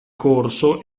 corso